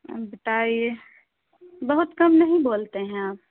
اب بتائیے بہت کم نہیں بولتے ہیں آپ